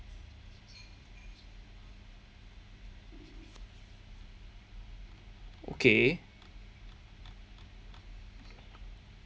okay